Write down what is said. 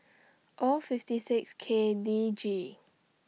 O fifty six K D G